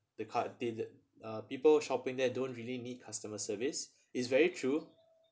the card did uh people shopping there don't really need customer service it's very true